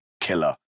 killer